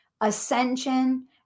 ascension